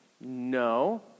No